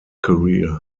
career